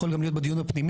יכול להיות גם בדיון הפנימי,